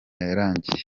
yarangiye